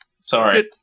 Sorry